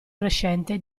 crescente